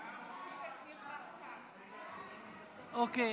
החוק למניעת אלימות במשפחה (תיקון מס' 18,